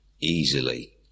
easily